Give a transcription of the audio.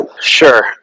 Sure